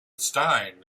stein